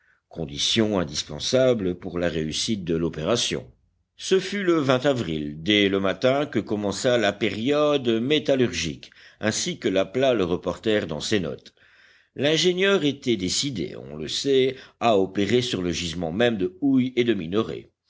condition indispensable pour la réussite de l'opération ce fut le avril dès le matin que commença la période métallurgique ainsi que l'appela le reporter dans ses notes l'ingénieur était décidé on le sait à opérer sur le gisement même de houille et de